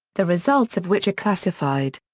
the results of which are classified.